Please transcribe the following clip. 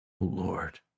Lord